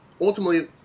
ultimately